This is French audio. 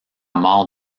mort